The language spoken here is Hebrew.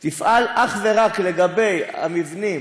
יפעל אך ורק לגבי המבנים